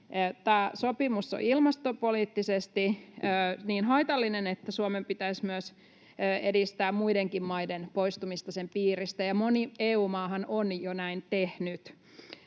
Tämä sopimus on ilmastopoliittisesti niin haitallinen, että Suomen pitäisi myös edistää muidenkin maiden poistumista sen piiristä, ja moni EU-maahan on jo näin tehnyt.